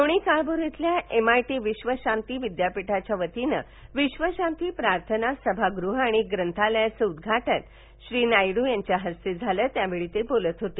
लोणीकाळभोर इथल्या M I ीं विध शांती विदयापीठाच्यावतीने विश्व शांती प्रार्थना सभागृह आणि ग्रंथालयाचे उदघा क्र नायडू यांच्या हस्ते झाले त्यावेळी ते बोलत होते